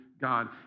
God